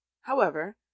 However